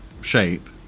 shape